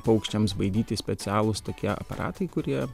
paukščiams baidyti specialūs tokie aparatai kurie